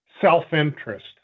self-interest